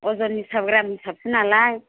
अज'न हिसाब ग्राम हिसाबसो नालाय